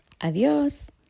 Adios